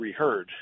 reheard